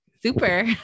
Super